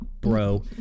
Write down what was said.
bro